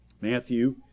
Matthew